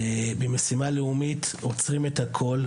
ובמשימה לאומית עוצרים את הכל,